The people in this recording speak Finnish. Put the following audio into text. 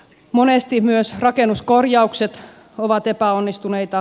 monesti myös rakennuskorjaukset ovat epäonnistuneita